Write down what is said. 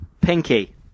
Pinky